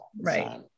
Right